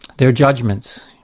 they're judgments.